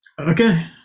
okay